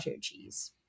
cheese